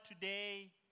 today